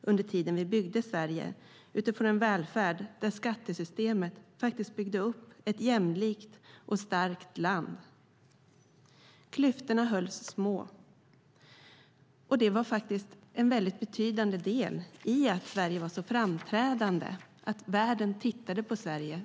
den tid vi byggde Sverige. Det skedde utifrån en välfärd där skattesystemet byggde upp ett jämlikt och starkt land. Klyftorna hölls små, vilket var en betydande del i att Sverige var så framträdande, att världen tittade på Sverige.